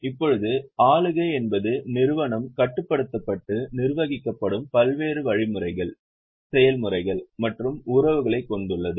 இப்போது ஆளுகை என்பது நிறுவனம் கட்டுப்படுத்தப்பட்டு நிர்வகிக்கப்படும் பல்வேறு வழிமுறைகள் செயல்முறைகள் மற்றும் உறவுகளைக் கொண்டுள்ளது